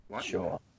Sure